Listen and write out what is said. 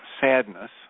sadness